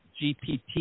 GPT